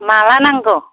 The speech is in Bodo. माब्ला नांगौ